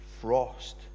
frost